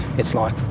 it's like,